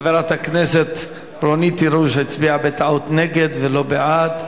חברת הכנסת רונית תירוש הצביעה בטעות נגד ולא בעד,